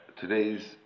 today's